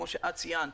כפי שאת ציינת,